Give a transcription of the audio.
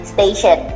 Station